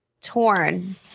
torn